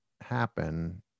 happen